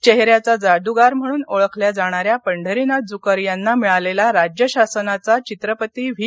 चेहऱ्याचा जादूगार म्हणून ओळखल्या जाणाऱ्या पंढरीनाथ जुकर यांना मिळालेला राज्य शासनाचा चित्रपती व्ही